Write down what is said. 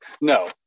No